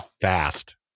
fast